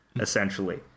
essentially